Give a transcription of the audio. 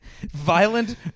Violent